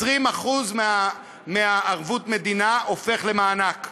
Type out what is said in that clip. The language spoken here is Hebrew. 20% מערבות המדינה הופכים למענק.